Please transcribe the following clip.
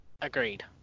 agreed